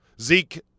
Zeke